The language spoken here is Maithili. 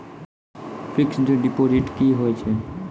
फिक्स्ड डिपोजिट की होय छै?